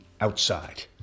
outside